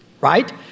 right